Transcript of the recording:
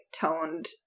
toned